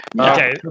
Okay